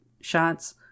shots